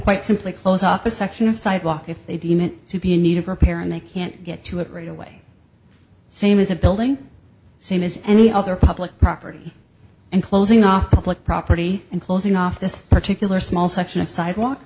quite simply close off a section of sidewalk if they deem it to be in need of repair and they can't get to it right away same as a building same as any other public property and closing our public property and closing off this particular small section of sidewalk